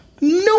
no